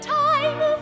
time